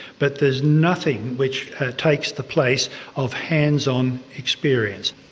but there is nothing which takes the place of hands-on experience.